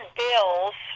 bills